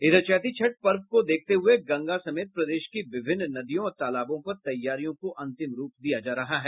इधर चैती छठ पर्व को देखते हुए गंगा समेत प्रदेश की विभिन्न नदियों और तालाबों पर तैयारियों को अंतिम रूप दिया जा रहा है